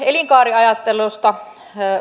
elinkaariajattelusta